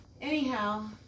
Anyhow